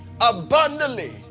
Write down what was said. abundantly